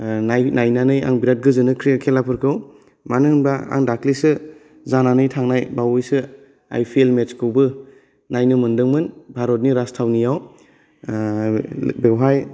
नायनानै आं बिरात गोजोनो क्रिकेट खेलाफोरखौ मानो होब्ला आं दाख्लिसो जानानै थांनाय बावैसो आइ पि एल मेचखौबो नायनो मोदों मोन भारतनि राजधानियाव बेवहाय